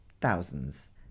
thousands